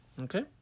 Okay